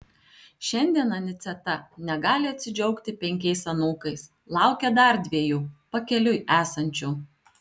šiandien aniceta negali atsidžiaugti penkiais anūkais laukia dar dviejų pakeliui esančių